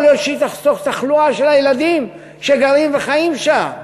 יכול להיות שהיא תחסוך תחלואה של הילדים שגרים וחיים שם.